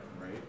Right